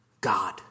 God